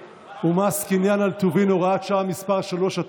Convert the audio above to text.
ומס קנייה על טובין (הוראת שעה מס' 3),